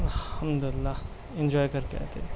الحمد للہ انجوائے کر کے آتے ہیں